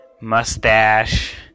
mustache